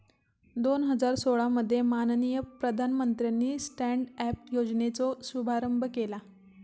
दोन हजार सोळा मध्ये माननीय प्रधानमंत्र्यानी स्टॅन्ड अप योजनेचो शुभारंभ केला